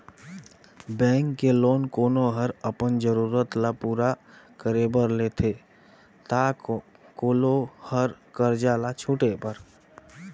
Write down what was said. bank ले loan कोनो हर अपन जरूरत ल पूरा करे बर लेथे ता कोलो हर करजा ल छुटे बर